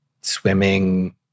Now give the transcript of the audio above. swimming